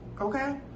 Okay